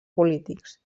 polítics